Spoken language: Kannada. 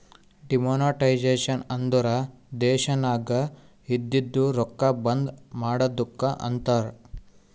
ಡಿಮೋನಟೈಜೆಷನ್ ಅಂದುರ್ ದೇಶನಾಗ್ ಇದ್ದಿದು ರೊಕ್ಕಾ ಬಂದ್ ಮಾಡದ್ದುಕ್ ಅಂತಾರ್